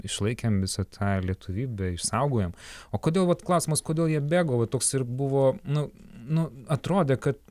išlaikėm visą tą lietuvybę išsaugojom o kodėl vat klausimas kodėl jie bėgo va toks ir buvo nu nu atrodė kad